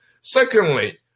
Secondly